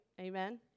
Amen